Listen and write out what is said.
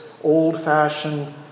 old-fashioned